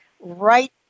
right